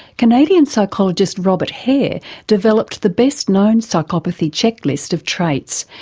canadian psychologist robert hare developed the best known psychopathy checklist of traits,